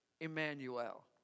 Emmanuel